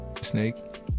Snake